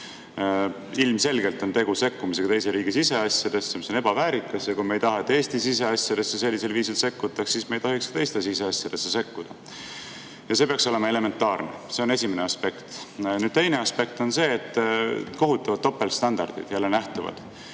Ilmselgelt on tegu sekkumisega teise riigi siseasjadesse, mis on ebaväärikas. Kui me ei taha, et Eesti siseasjadesse sellisel viisil sekkutakse, siis me ei tohiks teiste siseasjadesse sekkuda. See peaks olema elementaarne. See on esimene aspekt. Teine aspekt on see, et jälle nähtuvad